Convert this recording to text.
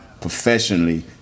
professionally